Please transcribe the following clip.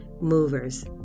movers